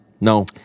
No